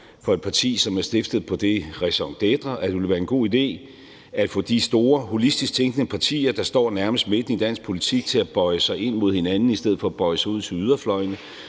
fra et parti, som er stiftet på den raison d'etre, at det vil være en god idé at få de store holistisk tænkende partier, der står nærmest midten i dansk politik, til at bøje sig ind mod hinanden i stedet for at bøje sig ud mod yderfløjene,